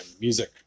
music